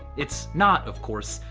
it's not, of course.